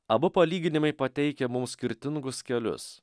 abu palyginimai pateikia mums skirtingus kelius